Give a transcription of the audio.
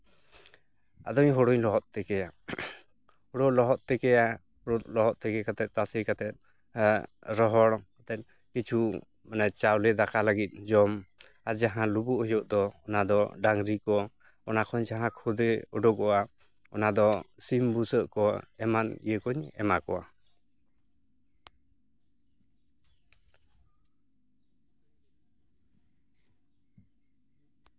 ᱟᱫᱚᱧ ᱦᱳᱲᱳᱧ ᱞᱚᱦᱚᱫ ᱛᱤᱠᱤᱭᱟ ᱦᱳᱲᱳ ᱞᱚᱦᱚᱫ ᱛᱤᱠᱤᱭᱟ ᱞᱚᱦᱚᱫ ᱛᱤᱠᱤ ᱠᱟᱛᱮᱫ ᱛᱟᱥᱮ ᱠᱟᱛᱮᱫ ᱨᱚᱦᱚᱲ ᱠᱤᱪᱷᱩ ᱪᱟᱣᱞᱮ ᱫᱟᱠᱟ ᱞᱟᱹᱜᱤᱫ ᱡᱚᱢ ᱟᱨ ᱡᱟᱦᱟᱸ ᱞᱩᱵᱩᱜ ᱦᱩᱭᱩᱜ ᱫᱚ ᱚᱱᱟᱫᱚ ᱰᱟᱹᱝᱨᱤ ᱠᱚ ᱚᱱᱟ ᱠᱷᱚᱱ ᱡᱟᱦᱟᱸ ᱠᱷᱳᱫᱮ ᱩᱰᱩᱠᱚᱜᱼᱟ ᱚᱱᱟ ᱫᱚ ᱥᱤᱢ ᱵᱩᱥᱟᱹᱜ ᱠᱚ ᱮᱢᱟᱱ ᱤᱭᱟᱹᱠᱚᱧ ᱮᱢᱟ ᱠᱚᱣᱟ